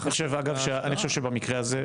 אני חושב שבמקרה הזה,